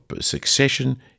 succession